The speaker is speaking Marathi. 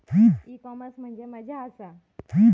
ई कॉमर्स म्हणजे मझ्या आसा?